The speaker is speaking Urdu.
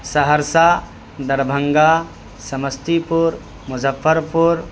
سہرسہ دربھنگہ سمستی پور مظفرپور